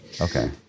Okay